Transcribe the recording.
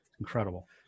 Incredible